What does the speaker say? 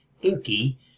Inky